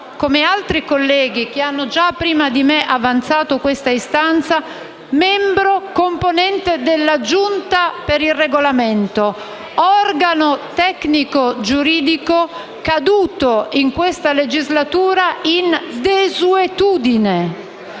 come altri colleghi che già prima di me hanno avanzato questa istanza, sono membro componente della Giunta per il Regolamento, organo tecnico-giuridico caduto in questa legislatura in desuetudine.